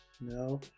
No